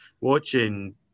watching